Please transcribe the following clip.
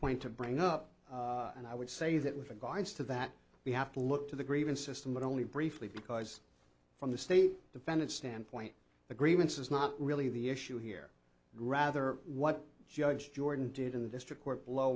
point to bring up and i would say that with regards to that we have to look to the grave insisting but only briefly because from the state defendant standpoint agreements is not really the issue here rather what judge jordan did in the district court below